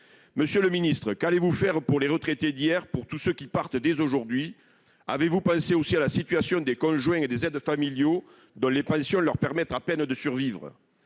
Monsieur le ministre, qu'allez-vous faire pour les retraités d'hier et pour tous ceux qui partent dès aujourd'hui ? Avez-vous pensé à la situation des conjoints et des aides familiaux, auxquels leurs pensions permettent à peine de survivre ?